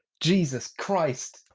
jesus christ.